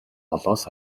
холоос